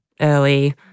early